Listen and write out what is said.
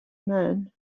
man